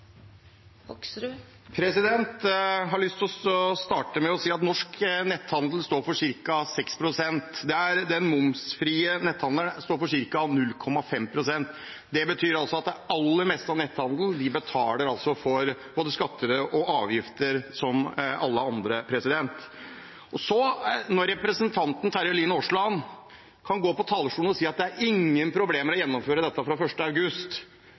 Jeg har lyst til å starte med å si at norsk netthandel står for ca. 6 pst. Den momsfrie netthandelen står for ca. 0,5 pst. Det betyr at det aller meste av netthandelen betaler skatter og avgifter som alle andre. Representanten Terje Aasland går på talerstolen og sier at det er ingen problemer med å gjennomføre dette fra 1. august.